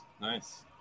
Nice